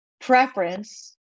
preference